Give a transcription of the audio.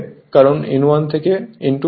কারণ N1 এর থেকে N2 বড়ো